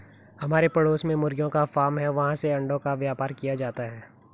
हमारे पड़ोस में मुर्गियों का फार्म है, वहाँ से अंडों का व्यापार किया जाता है